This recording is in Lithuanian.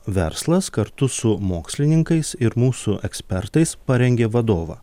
verslas kartu su mokslininkais ir mūsų ekspertais parengė vadovą